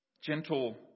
Gentle